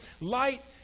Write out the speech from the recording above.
Light